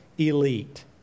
elite